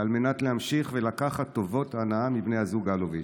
ועל מנת להמשיך ולקחת טובות הנאה מבני הזוג אלוביץ'.